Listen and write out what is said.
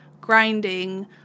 grinding